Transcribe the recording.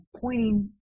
pointing